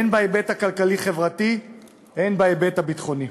הן בהיבט הכלכלי-חברתי והן בהיבט הביטחוני.